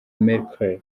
merkel